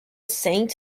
saint